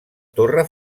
torre